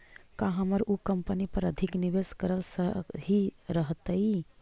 का हमर उ कंपनी पर अधिक निवेश करल सही रहतई?